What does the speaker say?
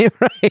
Right